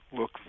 look